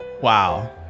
Wow